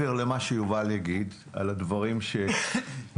מעבר למה שיובל יגיד על הדברים שנמצאו,